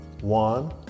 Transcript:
One